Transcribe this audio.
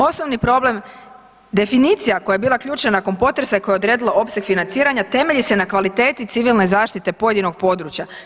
Osnovni problem definicija koja je bila ključna nakon potresa i koja je odredila opseg financiranja temelji se na kvaliteti Civilne zaštite pojedinog područja.